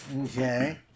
Okay